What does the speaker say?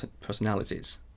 personalities